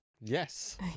yes